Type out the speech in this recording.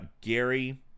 gary